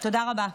תודה רבה.